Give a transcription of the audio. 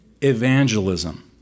evangelism